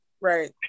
Right